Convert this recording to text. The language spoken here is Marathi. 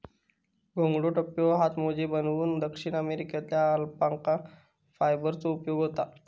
घोंगडा, टोप्यो, हातमोजे बनवूक दक्षिण अमेरिकेतल्या अल्पाका फायबरचो उपयोग होता